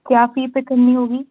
کیا fee pay کرنی ہوگی